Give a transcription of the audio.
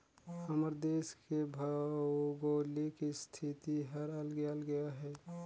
हमर देस के भउगोलिक इस्थिति हर अलगे अलगे अहे